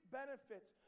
benefits